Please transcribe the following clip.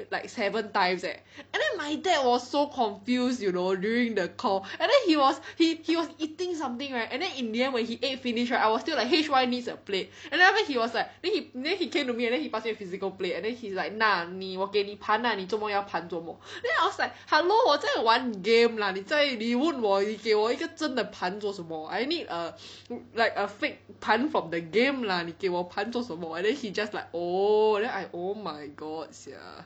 like seven times eh and then my dad was so confused you know during the call and then he was he he was eating something right and then in the end when he ate finish right I was still like H Y needs a plate and then after that he was like then he then he came to me and then he passed me a physical plate and then he's like 那你我给你盘 lah 你做么要盘做么 then I was like hello 我在玩 game lah 你在你问我你给我一个真的盘做什么 I need a like a fake 盘 from the game lah 你给我我盘做什么 then he just like oo then I oh my god sia